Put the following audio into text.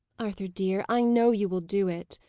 arthur dear, i know you will do it,